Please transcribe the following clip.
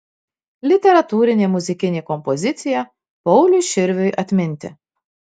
literatūrinė muzikinė kompozicija pauliui širviui atminti